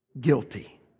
guilty